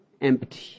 empty